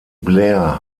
blair